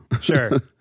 Sure